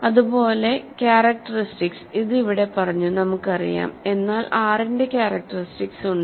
അതുപോലെക്യാരക്ടറിസ്റ്റിക്സ് ഇത് ഇവിടെ പറഞ്ഞു നമുക്കറിയാം എന്നാൽ R ന്റെ ക്യാരക്ടറിസ്റ്റിക്സ് ഉണ്ട്